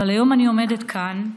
אבל היום אני עומדת כאן,